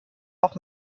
auch